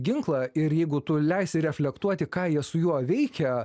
ginklą ir jeigu tu leisi reflektuoti ką jie su juo veikia